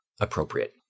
appropriate